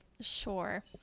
sure